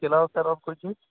اس کے علاوہ سر اور کوئی چیز